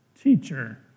Teacher